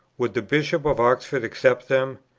would the bishop of oxford accept them?